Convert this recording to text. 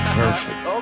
perfect